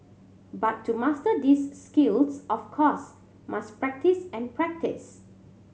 but to master these skills of course must practise and practise